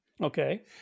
Okay